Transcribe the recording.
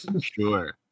sure